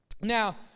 Now